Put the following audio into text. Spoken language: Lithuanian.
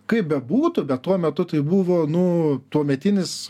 kaip bebūtų bet tuo metu tai buvo nu tuometinis